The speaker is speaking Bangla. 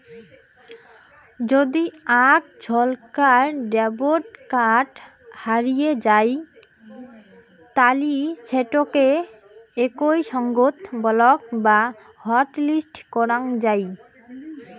যদি আক ঝন্কার ডেবট কার্ড হারিয়ে যাই তালি সেটোকে একই সঙ্গত ব্লক বা হটলিস্ট করাং যাই